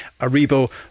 Aribo